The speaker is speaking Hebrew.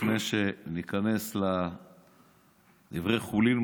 לפני שניכנס לדברי חולין,